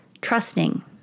trusting